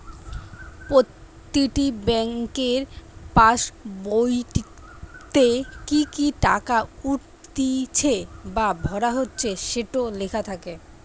প্রতিটি বেংকের পাসবোইতে কি কি টাকা উঠতিছে বা ভরা হচ্ছে সেটো লেখা থাকে